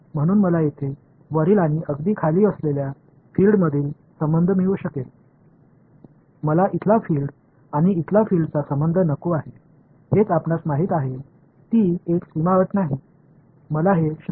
இங்குள்ள புலம் மற்றும் இங்குள்ள புலம் ஆகியவற்றுக்கு இடையேயான உறவை நான் விரும்பவில்லை அது உங்களுக்குத் தெரிந்ததெல்லாம் இது ஒரு பௌண்டரி கண்டிஷன்ஸ் அல்ல இவர்களை எல்லைக்கு நெருக்கமாக சுருக்கவும் விரும்புகிறேன்